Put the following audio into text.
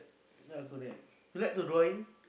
yea correct you like do drawing